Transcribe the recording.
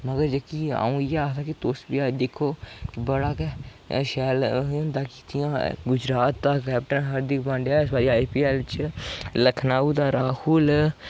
मतलब जेह्की अ'ऊं इ'यै आखगा कि तुस बी दिक्खो बड़ा गै शैल होंदा कि कि'यां गुजरात दा कैप्टन हार्दिक पान्ड्या इस बारी आईपीऐल्ल च लखनऊ दा राहुल